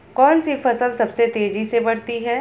कौनसी फसल सबसे तेज़ी से बढ़ती है?